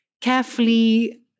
carefully